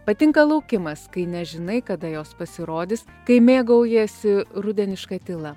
patinka laukimas kai nežinai kada jos pasirodys kai mėgaujiesi rudeniška tyla